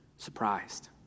Surprised